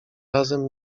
razem